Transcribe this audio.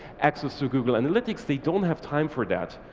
access to google analytics, they don't have time for that.